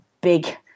big